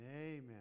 Amen